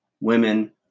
women